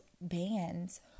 bands